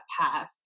path